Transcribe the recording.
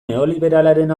neoliberalaren